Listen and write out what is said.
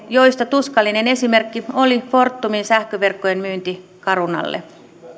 joista tuskallinen esimerkki oli fortumin sähköverkkojen myynti carunalle